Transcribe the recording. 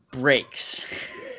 breaks